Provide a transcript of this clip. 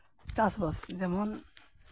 ᱪᱟᱥᱼᱵᱟᱥ ᱡᱮᱢᱚᱱ